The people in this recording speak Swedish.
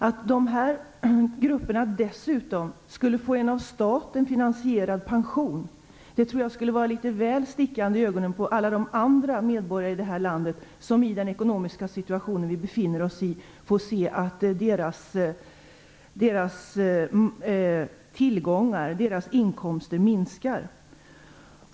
Att dessa grupper dessutom skulle få en av staten finansierad pension tror jag skulle vara litet väl stickande i ögonen på alla de andra medborgare i detta land som i den ekonomiska situation vi befinner oss i får se att deras tillgångar och deras inkomster minskar.